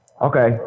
Okay